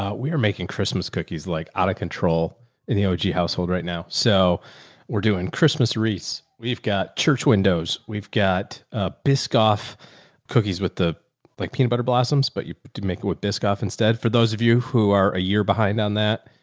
we are making christmas cookies, like out of control in the household right now. so we're doing christmas wreaths. we've got church windows, we've got a biscoff cookies with the like peanut butter blossoms, but you could make it with biscoff instead for those of you who are a year behind on that.